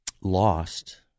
lost